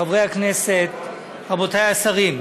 חברי הכנסת, רבותי השרים,